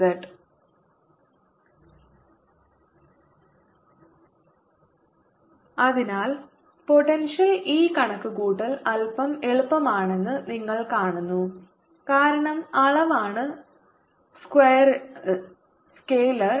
Vz2πσ4π00Rrdrr2z2 Let r2z2y2ydyrdr Vz2πσ4π0|z|R2z2ydyy20R2z2 z അതിനാൽ potential ഈ കണക്കുകൂട്ടൽ അല്പം എളുപ്പമാണെന്ന് നിങ്ങൾ കാണുന്നു കാരണം അളവാണ് സ്കെയിലർ